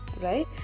right